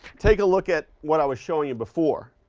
take a look at what i was showing you before.